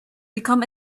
become